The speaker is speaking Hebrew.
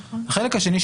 החלק השני,